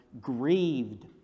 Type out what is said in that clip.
grieved